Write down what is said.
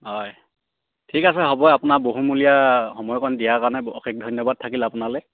হয় ঠিক আছে হ'ব আপোনাৰ বহুমূলীয়া সময়কণ দিয়াৰ কাৰণে অশেষ ধন্যবাদ থাকিল আপোনালৈ